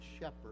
shepherd